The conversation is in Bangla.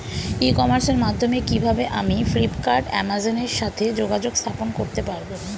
ই কমার্সের মাধ্যমে কিভাবে আমি ফ্লিপকার্ট অ্যামাজন এর সাথে যোগাযোগ স্থাপন করতে পারব?